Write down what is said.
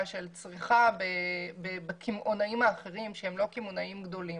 של צריכה בקמעונאים האחרים שהם לא קמעונאים גדולים.